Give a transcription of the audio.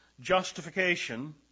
justification